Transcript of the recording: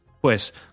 Pues